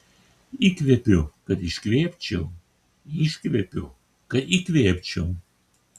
įkvepiu kad iškvėpčiau iškvepiu kad įkvėpčiau